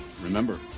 Remember